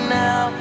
now